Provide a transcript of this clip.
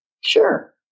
sure